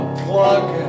plug